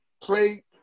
play